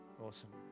awesome